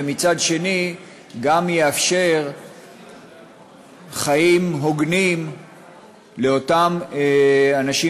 ומצד שני גם יאפשר חיים הוגנים לאותם אנשים